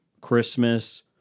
Christmas